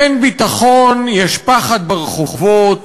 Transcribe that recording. אין ביטחון, יש פחד ברחובות.